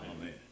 Amen